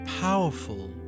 powerful